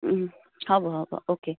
হ'ব হ'ব অ'কে